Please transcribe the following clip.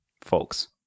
folks